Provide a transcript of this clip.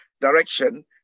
direction